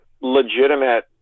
legitimate